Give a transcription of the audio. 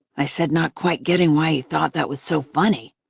i said, not quite getting why he thought that was so funny.